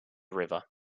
river